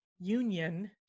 union